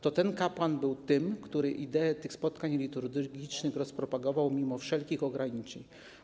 To ten kapłan był tym, który idee tych spotkań liturgicznych rozpropagował mimo wszelkich ograniczeń.